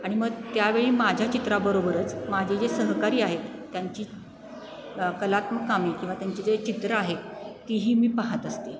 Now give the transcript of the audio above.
आणि मग त्यावेळी माझ्या चित्राबरोबरच माझे जे सहकारी आहेत त्यांची कलात्मक कामे किंवा त्यांचे जे चित्र आहेत ती ही मी पाहात असते